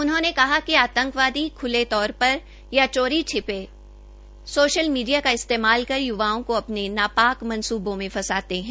उन्होंने कहा कि आंतकवादी ख्ले तौर पर या चौरी छूपे सोशल मीडिया का इस्तेमाल कर य्वाओं को अपने नापाक मंसूबों मे फंसाते है